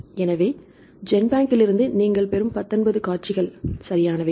எனவே ஜென்பேங்கிலிருந்து நீங்கள் பெறும் 19 காட்சிகள் சரியானவை